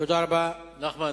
נחמן,